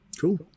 Cool